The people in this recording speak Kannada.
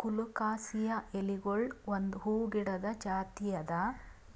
ಕೊಲೊಕಾಸಿಯಾ ಎಲಿಗೊಳ್ ಒಂದ್ ಹೂವು ಗಿಡದ್ ಜಾತಿ ಅದಾ